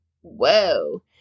Whoa